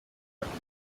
bavuga